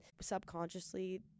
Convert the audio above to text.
subconsciously